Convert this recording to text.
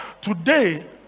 Today